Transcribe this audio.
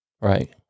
right